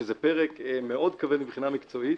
שזה פרק מאוד כבד מבחינה מקצועית